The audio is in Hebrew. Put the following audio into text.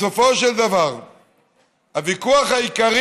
בסופו של דבר הוויכוח העיקרי